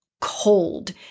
cold